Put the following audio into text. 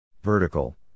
Vertical